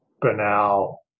banal